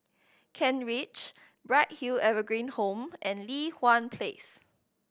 Kent Ridge Bright Hill Evergreen Home and Li Hwan Place